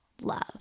love